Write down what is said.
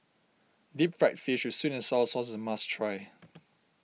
Deep Fried Fish with Sweet and Sour Sauce is a must try